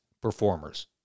performers